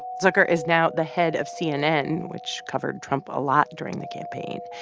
zucker is now the head of cnn, which covered trump a lot during the campaign.